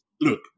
look